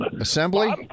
Assembly